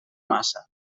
massa